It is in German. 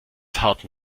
harten